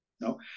No